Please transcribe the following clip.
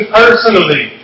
personally